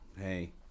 hey